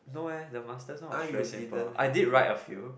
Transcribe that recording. no leh the master now was very simple I did write a few